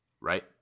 Right